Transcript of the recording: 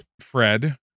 Fred